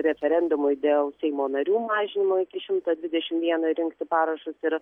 referendumui dėl seimo narių mažino iki šimto dvidešim vieno ir rinkti parašus ir